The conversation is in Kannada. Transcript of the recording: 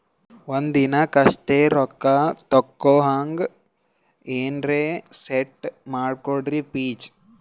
ಒಂದಿನಕ್ಕ ಇಷ್ಟೇ ರೊಕ್ಕ ತಕ್ಕೊಹಂಗ ಎನೆರೆ ಸೆಟ್ ಮಾಡಕೋಡ್ರಿ ಪ್ಲೀಜ್?